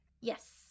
Yes